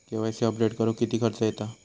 KYC update करुक किती खर्च येता?